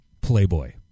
Playboy